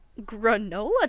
Granola